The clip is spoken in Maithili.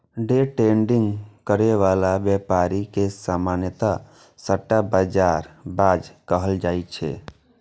डे ट्रेडिंग करै बला व्यापारी के सामान्यतः सट्टाबाज कहल जाइ छै